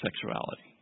sexuality